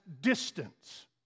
distance